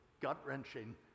gut-wrenching